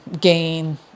gain